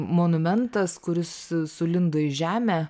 monumentas kuris sulindo į žemę